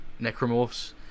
necromorphs